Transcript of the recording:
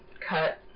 cut